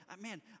Man